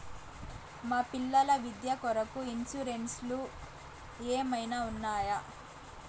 మా పిల్లల విద్య కొరకు ఇన్సూరెన్సు ఏమన్నా ఉన్నాయా?